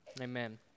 Amen